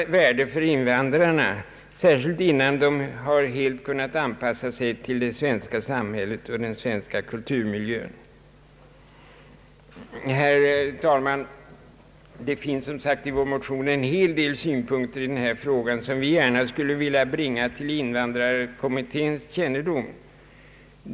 anpassningsåtgärder för invandrare vandrarna, särskilt innan dessa kunnat helt 'anpassa sig till det svenska samhället och den svenska kulturmiljön. Herr talman! Som jag sagt finns i vår motion en hel del synpunkter i denna fråga som vi gärna skulle vilja bringa till invandrarkommitténs kännedom.